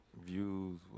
Views